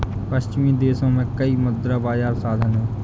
पश्चिमी देशों में कई मुद्रा बाजार साधन हैं